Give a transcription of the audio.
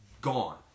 gone